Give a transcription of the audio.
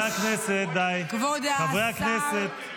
האחדות הזאת מפחידה אותם.